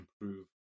improve